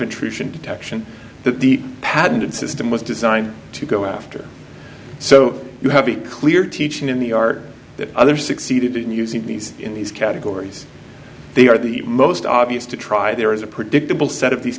intrusion detection that the patent system was designed to go after so you have a clear teaching in the art the other succeeded in using these in these categories they are the most obvious to try there is a predictable set of these